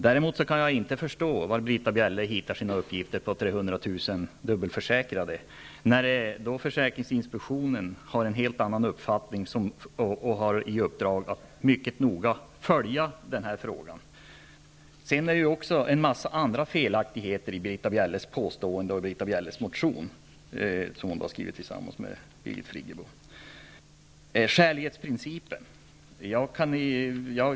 Däremot kan jag inte förstå var Britta Bjelle hittar sina uppgifter om 300 000 dubbelförsäkrade. Försäkringsinspektionen har en helt annan uppfattning -- och har i uppdrag att mycket noga följa den här frågan. Det finns också en mängd andra felaktigheter i Britta Bjelles påstående och i den motion som hon har skrivit tillsammans med Birgit Friggebo.